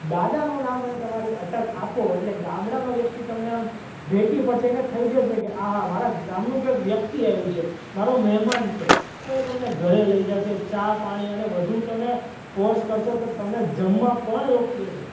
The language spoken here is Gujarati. દાદાનું નામ અને તમારી અટક આપો અટલે ગામડાનો વ્યક્તિ તમને આમ ભેટી પડશે એને થઈ જશે કે આહા મારા ગામનું ક્યાંક વ્યક્તિ આવ્યું છે મારો મહેમાન છે તો એ તમને ઘરે લઈ જશે ચા પાણી અને વધુ તમે ફોર્સ કરશો તો તમને જમવા પણ રોકી દેશે